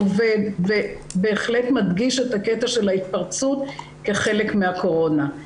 עובד ובהחלט מדגיש את הקטע של ההתפרצות כחלק מהקורונה.